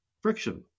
friction